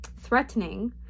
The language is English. threatening